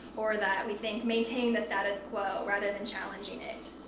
or that we think maintain the status quo, rather than challenging it.